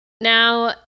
Now